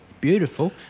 Beautiful